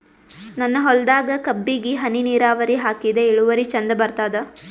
ನನ್ನ ಹೊಲದಾಗ ಕಬ್ಬಿಗಿ ಹನಿ ನಿರಾವರಿಹಾಕಿದೆ ಇಳುವರಿ ಚಂದ ಬರತ್ತಾದ?